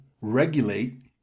regulate